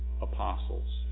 apostles